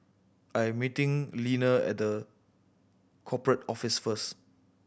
I am meeting Leaner at The Corporate Office first